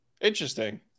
Interesting